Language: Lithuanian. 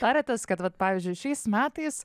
tariatės kad vat pavyzdžiui šiais metais